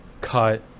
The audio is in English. cut